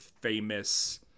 famous